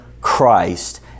Christ